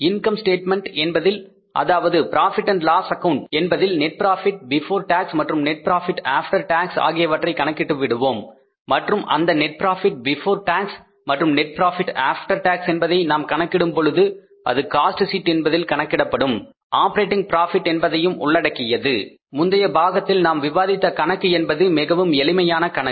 income statement என்பதில் அதாவது profit and loss account Profit Loss Account என்பதில் நெட் ப்ராபிட் பிபோர் டாக்ஸ் மற்றும் net profit after tax ஆகியவற்றை கணக்கிட்டுவிடுவோம் மற்றும் அந்த நெட் ப்ராபிட் பிபோர் டாக்ஸ் மற்றும் நெட் ப்ராபிட் ஆப்ப்டர் டாக்ஸ் என்பதை நாம் கணக்கிடும் பொழுது அது காஸ்ட் ஷீட் என்பதில் கணக்கிடப்படும் ஆப்பரேட்டிங் ப்ராபிட் என்பதையும் உள்ளடக்கியது முந்தைய பாகத்தில் நாம் விவாதித்த கணக்கு என்பது மிகவும் எளிமையான கணக்கு